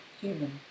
human